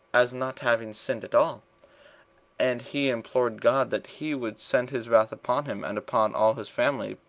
as not having sinned at all and he implored god that he would send his wrath upon him, and upon all his family,